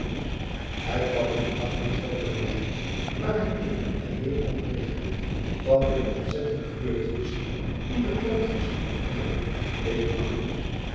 ij kwam dien dag niet verder dan eyden waar hij meer en meer onderrigt werd van de ontzettende gebeurtenissen die de grondvesten van de epubliek deden waggelen